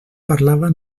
parlava